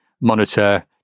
monitor